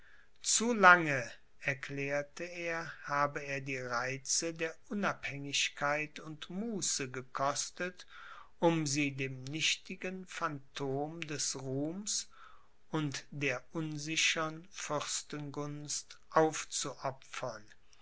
zu lange erklärte er habe er die reize der unabhängigkeit und muße gekostet um sie dem nichtigen phantom des ruhms und der unsichern fürstengunst aufzuopfern